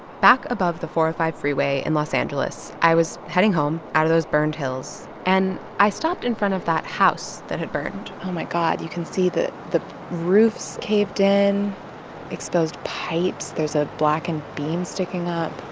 back above the four hundred and five freeway in los angeles, i was heading home out of those burned hills. and i stopped in front of that house that had burned oh, my god. you can see that the roof's caved in exposed pipes. there's a blackened beam sticking up